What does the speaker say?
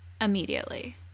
immediately